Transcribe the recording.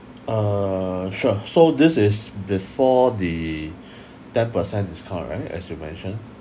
err sure so this is before the ten percent discount right as you mentioned